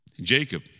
Jacob